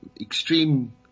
extreme